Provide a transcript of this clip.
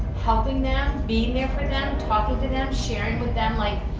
helping them, being there for them, talking to them, sharing with them, like,